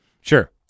Sure